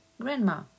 grandma